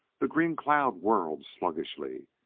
the green cloud whirled sluggishly,